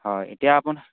হয় এতিয়া আপোনাৰ